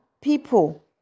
people